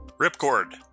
Ripcord